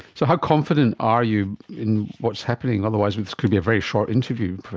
so how confident are you in what's happening? otherwise but this could be a very short interview!